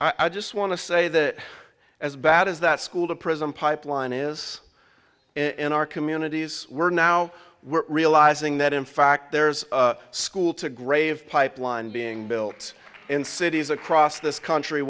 i just want to say that as bad as that school to prison pipeline is in our communities we're now we're realizing that in fact there's a school to grave pipeline being built in cities across this country